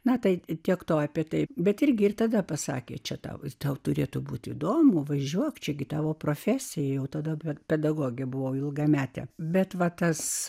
na tai tiek to apie tai bet irgi ir tada pasakė čia tau tau turėtų būti įdomu važiuok čia gi tavo profesija jau tada bet pedagogė buvo ilgametė bet va tas